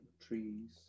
Trees